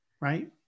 right